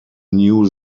new